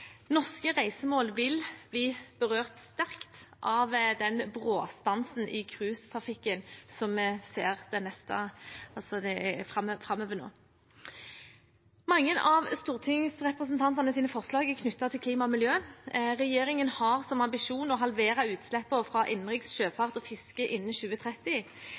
Norske reisemål vil bli berørt sterkt av den bråstansen i cruisetrafikken som vi ser framover nå. Mange av stortingsrepresentantenes forslag er knyttet til klima og miljø. Regjeringen har som ambisjon å halvere utslippene fra innenriks sjøfart og fiske innen 2030.